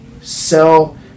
sell